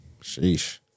Sheesh